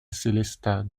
sélestat